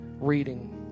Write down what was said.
reading